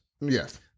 Yes